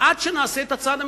עד שנעשה את הצעד המתבקש,